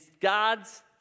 God's